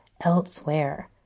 elsewhere